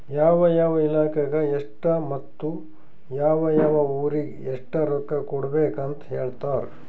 ಯಾವ ಯಾವ ಇಲಾಖೆಗ ಎಷ್ಟ ಮತ್ತ ಯಾವ್ ಯಾವ್ ಊರಿಗ್ ಎಷ್ಟ ರೊಕ್ಕಾ ಕೊಡ್ಬೇಕ್ ಅಂತ್ ಹೇಳ್ತಾರ್